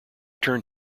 turn